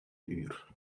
uur